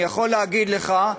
אני יכול להגיד לך,